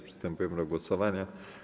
Przystępujemy do głosowania.